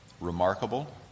remarkable